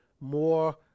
more